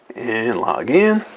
and log in,